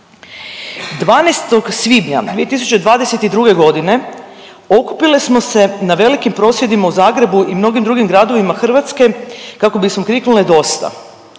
12. svibnja 2022. godine okupile smo se na velikim prosvjedima u Zagrebu i mnogim drugim gradovima Hrvatske kako bismo kriknule Dosta.